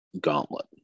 gauntlet